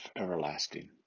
everlasting